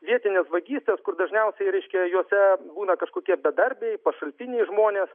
vietinės vagystės dažniausiai reiškia jose būna kažkokie bedarbiai pašalpiniai žmonės